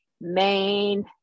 main